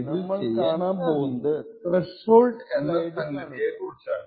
അടുത്തതായി നമ്മൾ കാണാൻ പോകുന്നത് ത്രെഷോൾഡ് എന്ന സംഗതിയെ കുറിച്ചാണ്